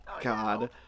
God